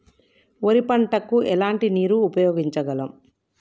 వరి పంట కు ఎలాంటి నీరు ఉపయోగించగలం?